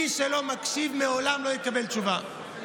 מי שלא מקשיב לעולם לא יקבל תשובה,